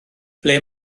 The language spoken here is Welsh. ble